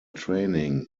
training